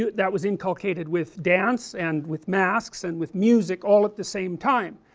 that was inculcated with dance, and with masks and with music, all at the same time,